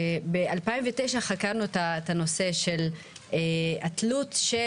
ב-2009 חקרנו את הנושא של התלות של